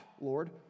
Lord